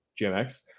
GMX